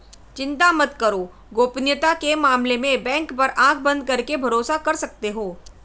चिंता मत करो, गोपनीयता के मामले में बैंक पर आँख बंद करके भरोसा कर सकते हो